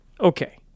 Okay